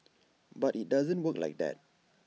but IT doesn't work like that